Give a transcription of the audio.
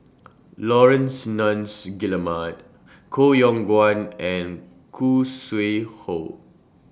Laurence Nunns Guillemard Koh Yong Guan and Khoo Sui Hoe